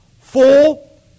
Full